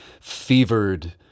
fevered